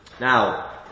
Now